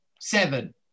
seven